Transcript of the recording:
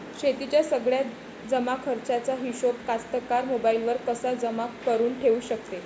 शेतीच्या सगळ्या जमाखर्चाचा हिशोब कास्तकार मोबाईलवर कसा जमा करुन ठेऊ शकते?